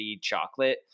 chocolate